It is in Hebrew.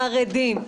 חרדים,